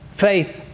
Faith